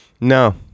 no